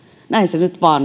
näin se nyt vain